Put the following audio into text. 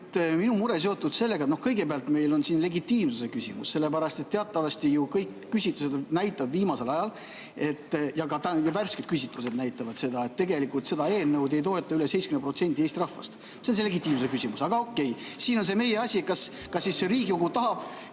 minu mure seotud sellega, et noh, kõigepealt meil on siin legitiimsuse küsimus. Teatavasti kõik küsitlused näitavad viimasel ajal, ka värsked küsitlused näitavad seda, et tegelikult seda eelnõu ei toeta üle 70% Eesti rahvast. See on see legitiimsuse küsimus. Aga okei, siin on meie [küsimus], kas siis Riigikogu tahab,